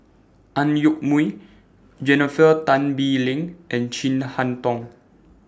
Ang Yoke Mooi Jennifer Tan Bee Leng and Chin Harn Tong